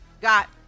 got